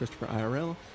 christopherirl